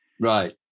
Right